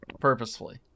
purposefully